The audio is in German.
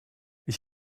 ich